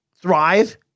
thrive